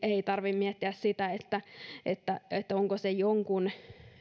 ei tarvitse miettiä sitä onko se jonkun